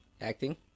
Acting